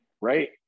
right